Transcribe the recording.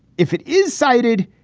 if it is cited,